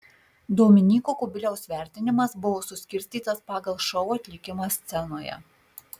dominyko kubiliaus vertinimas buvo suskirstytas pagal šou atlikimą scenoje